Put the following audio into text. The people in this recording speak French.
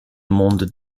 monde